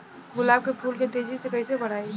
गुलाब के फूल के तेजी से कइसे बढ़ाई?